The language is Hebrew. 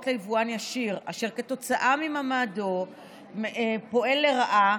ליבואן ישיר אשר כתוצאה ממעמדו פועל לרעה,